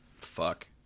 Fuck